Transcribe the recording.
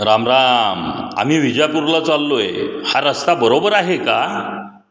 राम राम आम्ही विजापूरला चाललो आहे हा रस्ता बरोबर आहे का